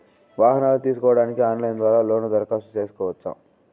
వాహనాలు తీసుకోడానికి ఆన్లైన్ ద్వారా లోను దరఖాస్తు సేసుకోవచ్చా?